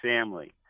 family